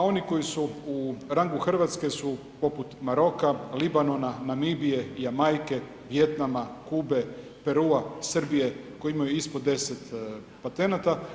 A oni koji su u rangu Hrvatske su poput Maroka, Libanona, Namibije, Jamajke, Vijetnama, Kube, Perua, Srbije koji imaju ispod 10 patenata.